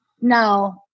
no